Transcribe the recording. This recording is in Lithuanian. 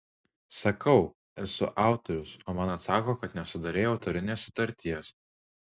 sakau esu autorius o man atsako kad nesudarei autorinės sutarties